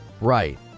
right